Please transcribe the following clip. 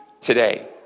today